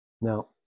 Now